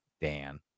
Dan